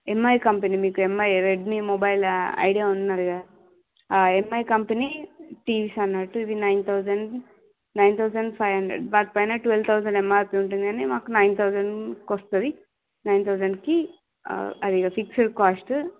MI company మీకు MI Redmi mobile idea ఉన్నది కదా ఎంఐ కంపెనీ తీసాను ఇది nine thousand nine thousand five hundred వాటి పైన ట్వెల్వ్ తౌసండ్ ఎంఆర్పి ఉంటుంది కానీ మాకు నైన్ తౌసండ్కి వస్తుంది నైన్ తౌసండ్కి అది ఇక ఫిక్స్డ్ కాస్ట్